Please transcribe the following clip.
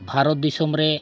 ᱵᱷᱟᱨᱚᱛ ᱫᱤᱥᱚᱢ ᱨᱮ